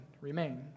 remain